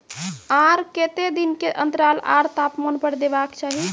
आर केते दिन के अन्तराल आर तापमान पर देबाक चाही?